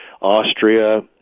Austria